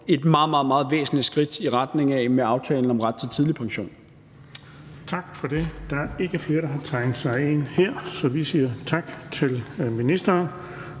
meget væsentligt skridt i retning af med aftalen om ret til tidlig pension.